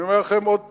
אני אומר לכם עוד פעם: